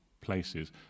places